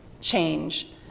change